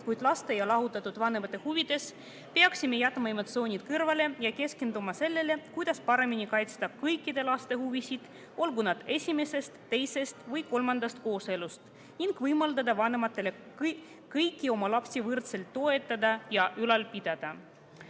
kuid laste ja lahutatud vanemate huvides peaksime jätma emotsioonid kõrvale ja keskenduma sellele, kuidas paremini kaitsta kõikide laste huvisid, olgu nad esimesest, teisest või kolmandast kooselust, ning võimaldada vanematel kõiki oma lapsi võrdselt toetada ja ülal pidada.